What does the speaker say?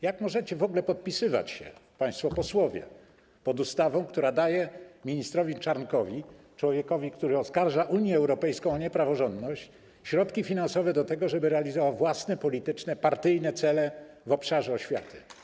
Jak możecie w ogóle podpisywać się, państwo posłowie, pod ustawą, która daje ministrowi Czarnkowi, człowiekowi, który oskarża Unię Europejską o niepraworządność, środki finansowe na to, żeby realizował własne polityczne, partyjne cele w obszarze oświaty?